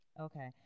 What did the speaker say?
Okay